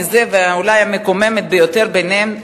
ואולי המקוממת ביותר ביניהן,